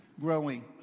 growing